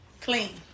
clean